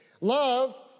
Love